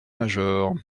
major